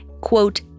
quote